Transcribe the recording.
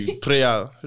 prayer